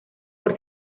por